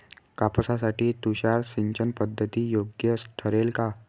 कापसासाठी तुषार सिंचनपद्धती योग्य ठरेल का?